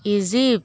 Egypt